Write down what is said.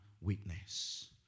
witness